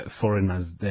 foreigners